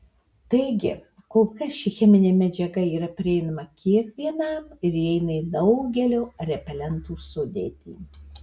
taigi kol kas ši cheminė medžiaga yra prieinama kiekvienam ir įeina į daugelio repelentų sudėtį